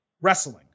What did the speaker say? wrestling